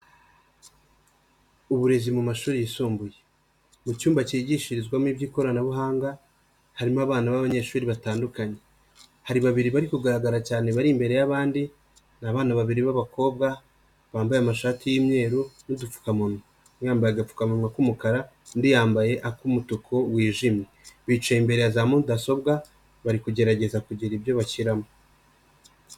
Uburezi mu mashuri yisumbuye, mu cyumba cyigishirizwamo iby'ikoranabuhanga harimo abana b'abanyeshuri batandukanye, hari babiri bari kugaragara cyane bari imbere y'abandi, ni abana babiri b'abakobwa bambaye amashati y'umweru n'udupfukamunwa, umwe yambaye agapfukamunwa k'umukara undi yambaye ak'umutuku wijimye, bicaye imbere ya za mudasobwa bari kugerageza kugira ibyo bashyiramo.